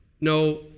no